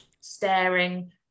staring